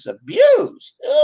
abused